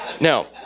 No